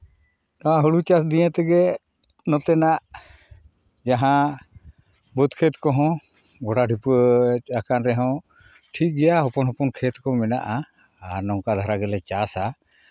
ᱚᱱᱟ ᱦᱩᱲᱩ ᱪᱟᱥ ᱫᱤᱭᱮ ᱛᱮᱜᱮ ᱱᱚᱛᱮᱱᱟᱜ ᱡᱟᱦᱟᱸ ᱵᱟᱹᱫᱽ ᱠᱷᱮᱛ ᱠᱚᱦᱚᱸ ᱜᱚᱰᱟ ᱰᱷᱤᱯᱟᱹ ᱟᱠᱟᱱ ᱨᱮᱦᱚᱸ ᱴᱷᱤᱠ ᱜᱮᱭᱟ ᱦᱚᱯᱚᱱ ᱦᱚᱯᱚᱱ ᱠᱷᱮᱛ ᱠᱚ ᱢᱮᱱᱟᱜᱼᱟ ᱟᱨ ᱱᱚᱝᱠᱟ ᱫᱷᱟᱨᱟ ᱜᱮᱞᱮ ᱪᱟᱥᱟ